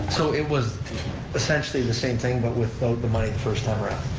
so it was essentially the same thing but without the money the first time around.